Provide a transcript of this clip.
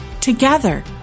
Together